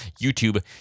YouTube